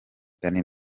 danny